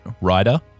rider